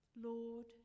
Lord